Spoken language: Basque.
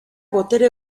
botere